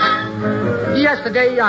Yesterday